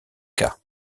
cas